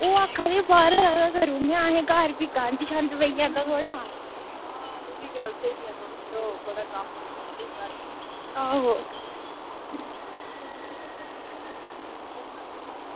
ओह् आक्खा दे हे बारहा गै करी ओड़नै आं घर भी गंद पेई जंदा थोह्ड़ा आहो